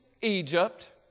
Egypt